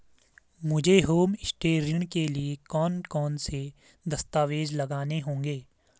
मुझे होमस्टे ऋण के लिए कौन कौनसे दस्तावेज़ लगाने होंगे?